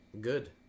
Good